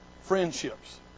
Friendships